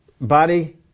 body